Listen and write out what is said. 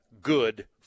good